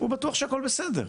הוא בטוח שהכל בסדר.